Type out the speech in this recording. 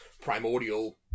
primordial